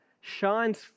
shines